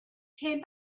came